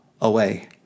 away